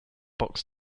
box